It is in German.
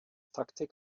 taktik